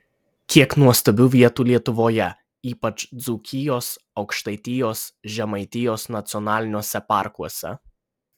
kiek nuostabių vietų lietuvoje ypač dzūkijos aukštaitijos žemaitijos nacionaliniuose parkuose